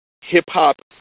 hip-hop